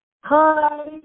Hi